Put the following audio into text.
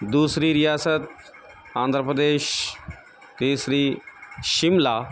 دوسری ریاست آندھرا پردیش تیسری شملہ